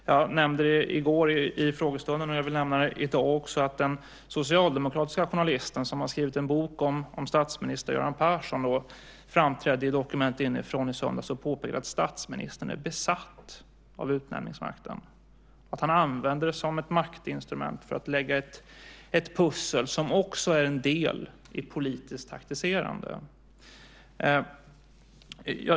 Jag nämnde i går under frågestunden, och jag vill nämna det i dag också, att den socialdemokratiske journalist som ha skrivit en bok om statsminister Göran Persson framträdde i Dokument inifrån i söndags och påpekade att statsministern är besatt av utnämningsmakten, att han använder den som ett maktinstrument för att lägga ett pussel som också är en del i ett politiskt taktiserande.